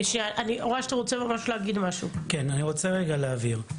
אני רוצה רגע להבהיר.